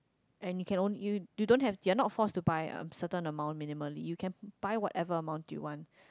and you can only you don't have you are not forced to buy um certain amount minimally you can buy whatever amount you want